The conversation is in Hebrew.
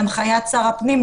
בהנחיית שר הפנים,